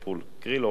לאופנועים.